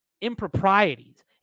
improprieties